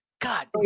God